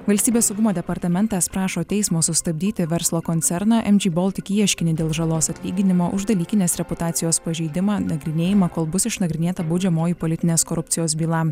valstybės saugumo departamentas prašo teismo sustabdyti verslo koncerno mg baltic ieškinį dėl žalos atlyginimo už dalykinės reputacijos pažeidimą nagrinėjimą kol bus išnagrinėta baudžiamoji politinės korupcijos byla